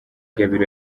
gabiro